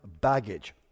Baggage